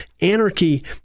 anarchy